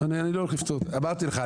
אמרתי לך,